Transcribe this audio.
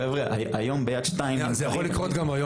חבר'ה, היום ב"יד 2" --- זה יכול לקרות היום.